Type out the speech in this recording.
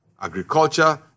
agriculture